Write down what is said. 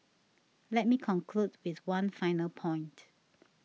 let me conclude with one final point